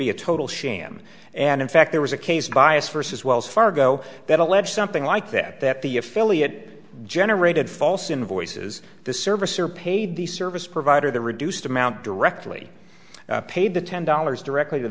be a total sham and in fact there was a case of bias vs wells fargo that alleged something like that that the affiliate generated false invoices the service or paid the service provider the reduced amount directly paid the ten dollars directly to